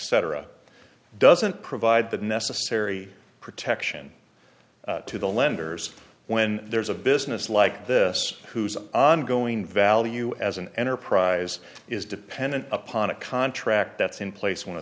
cetera doesn't provide the necessary protection to the lenders when there's a business like this whose ongoing value as an enterprise is dependent upon a contract that's in place